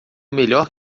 melhor